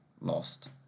lost